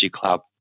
cloud